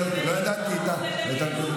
לא ידעתי את הנקודה.